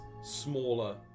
smaller